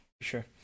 sure